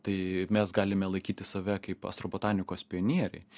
tai mes galime laikyti save kaip astrobotanikos pionieriais